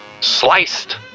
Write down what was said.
sliced